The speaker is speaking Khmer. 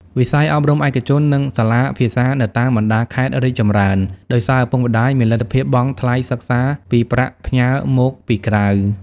វិស័យអប់រំឯកជន និងសាលាភាសានៅតាមបណ្ដាខេត្តរីកចម្រើន ដោយសារឪពុកម្ដាយមានលទ្ធភាពបង់ថ្លៃសិក្សាពីប្រាក់ផ្ញើមកពីក្រៅ។